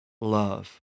love